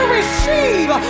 receive